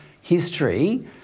history